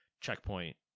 checkpoint